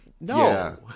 no